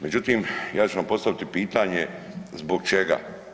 Međutim, ja ću vam postaviti pitanje zbog čega.